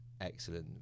excellent